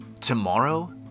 Tomorrow